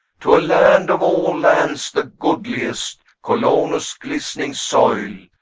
to a land of all lands the goodliest colonus' glistening soil.